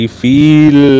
feel